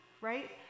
right